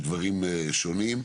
לדברים שונים,